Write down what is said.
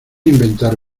inventar